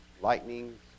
lightning